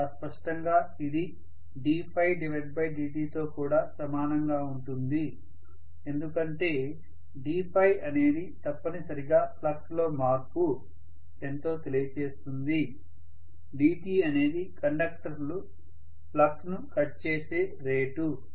చాలా స్పష్టంగా ఇది ddt తో కూడా సమానంగా ఉంటుంది ఎందుకంటే d అనేది తప్పనిసరిగా ఫ్లక్స్ లో మార్పు ఎంతో తెలియజేస్తుంది dt అనేది కండక్టర్లు ఫ్లక్స్ ను కట్ చేసే రేటు